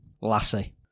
Lassie